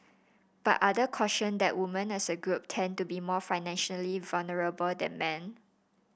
but other cautioned that women as a group tend to be more financially vulnerable than men